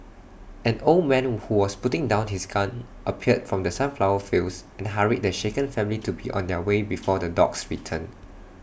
an old man who was putting down his gun appeared from the sunflower fields and hurried the shaken family to be on their way before the dogs return